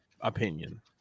opinion